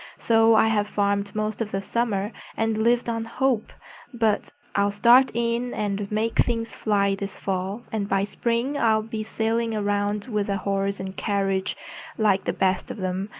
so i have farmed most of the summer, and lived on hope but i'll start in and make things fly this fall, and by spring i'll be sailing around with a horse and carriage like the best of them.